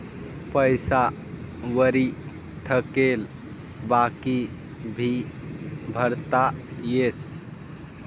पैसा वरी थकेल बाकी भी भरता येस